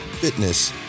fitness